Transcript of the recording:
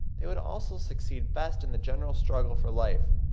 they would also succeed best in the general struggle for life,